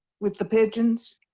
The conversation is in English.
with the pigeons.